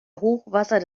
hochwasser